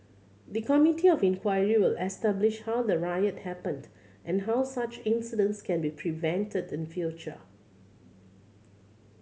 the Committee of Inquiry will establish how the riot happened and how such incidents can be prevented in future